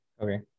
Okay